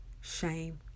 shame